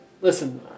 Listen